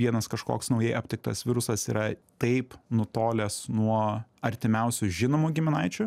vienas kažkoks naujai aptiktas virusas yra taip nutolęs nuo artimiausių žinomų giminaičių